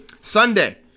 Sunday